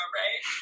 right